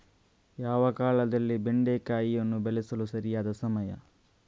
ಯಾವ ಕಾಲದಲ್ಲಿ ಬೆಂಡೆಕಾಯಿಯನ್ನು ಬೆಳೆಸಲು ಸರಿಯಾದ ಸಮಯ?